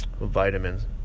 vitamins